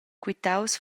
quitaus